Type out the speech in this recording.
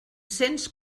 cents